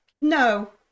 no